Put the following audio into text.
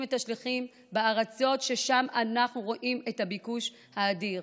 את השליחים בארצות ששם אנחנו רואים את הביקוש האדיר.